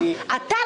אתה,